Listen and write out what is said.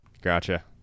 gotcha